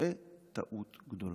טועה טעות גדולה.